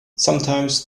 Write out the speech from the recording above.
sometimes